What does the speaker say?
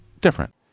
different